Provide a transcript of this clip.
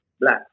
black